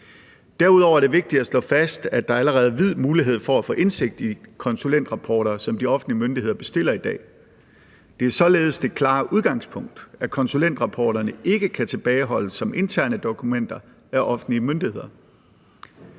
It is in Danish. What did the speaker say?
Derudover er det vigtigt at slå fast, at der allerede i dag er vid mulighed for at få indsigt i konsulentrapporter, som de offentlige myndigheder bestiller. Det er således det klare udgangspunkt, at konsulentrapporter ikke kan tilbageholdes som interne dokumenter af offentlige myndigheder.